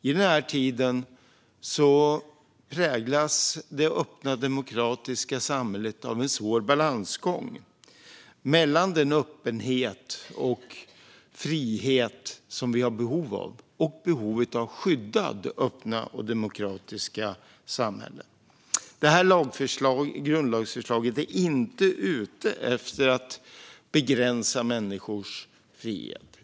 I den här tiden präglas det öppna, demokratiska samhället av en svår balansgång mellan den öppenhet och frihet som vi har behov av och behovet av att skydda det öppna och demokratiska samhället. Det här grundlagsförslaget är inte ute efter att begränsa människors frihet.